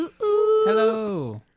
hello